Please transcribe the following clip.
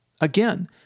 Again